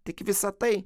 tik visa tai